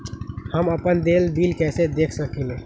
हम अपन देल बिल कैसे देख सकली ह?